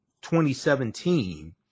2017